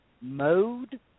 mode